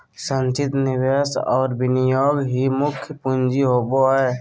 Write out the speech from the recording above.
संचित निवेश और विनियोग ही मुख्य पूँजी होबो हइ